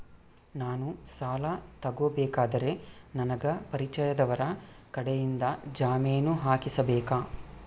ನಾನು ಸಾಲ ತಗೋಬೇಕಾದರೆ ನನಗ ಪರಿಚಯದವರ ಕಡೆಯಿಂದ ಜಾಮೇನು ಹಾಕಿಸಬೇಕಾ?